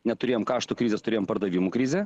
neturėjome karšto krizės turėjome pardavimų krizę